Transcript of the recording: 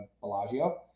Bellagio